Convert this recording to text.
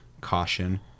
caution